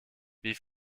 wie